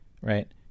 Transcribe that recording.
right